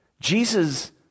Jesus